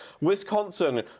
Wisconsin